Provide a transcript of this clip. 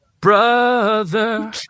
Brother